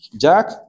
Jack